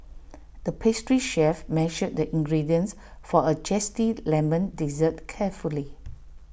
the pastry chef measured the ingredients for A Zesty Lemon Dessert carefully